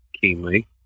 keenly